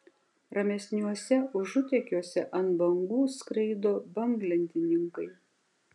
ramesniuose užutekiuose ant bangų skraido banglentininkai